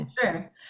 Sure